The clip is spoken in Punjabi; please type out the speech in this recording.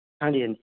ਹਾਂਜੀ ਹਾਂਜੀ